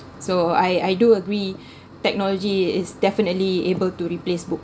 so I I do agree technology is definitely able to replace books